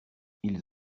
ils